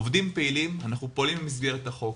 עובדים פעילים אנחנו פועלים במסגרת החוק.